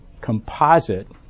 composite